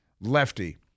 lefty